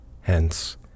hence